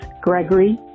Gregory